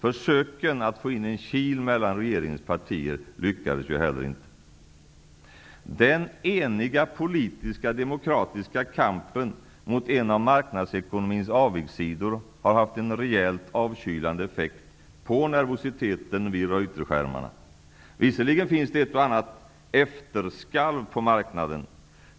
Försöken att få in en kil mellan regeringens partier lyckades heller inte. Den eniga politiska demokratiska kampen mot en av marknadsekonomins avigsidor har haft en rejält avkylande effekt på nervositeten vid Reuterskärmarna. Visserligen finns det ett och annat efterskalv på marknaden.